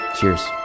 Cheers